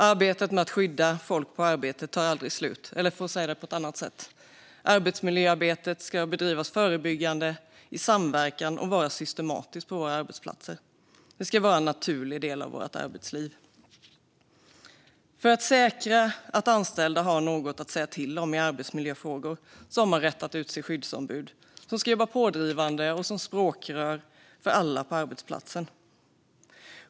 Arbetet med att skydda folk på arbetet tar aldrig slut - eller för att säga det på ett annat sätt: Arbetsmiljöarbetet ska bedrivas förebyggande, i samverkan och vara systematiskt på arbetsplatserna. Det ska vara en naturlig del av arbetslivet. För att säkra att anställda har något att säga till om i arbetsmiljöfrågor har man rätt att utse skyddsombud som ska jobba pådrivande och som språkrör för alla på arbetsplatsen.